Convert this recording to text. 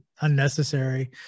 unnecessary